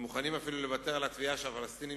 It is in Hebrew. ומוכנים אפילו לוותר על התביעה שהפלסטינים